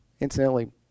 Incidentally